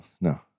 no